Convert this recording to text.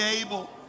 able